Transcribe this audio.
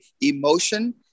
emotion